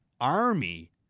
army